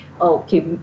okay